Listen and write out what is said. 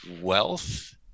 wealth